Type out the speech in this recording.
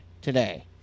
today